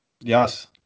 Yes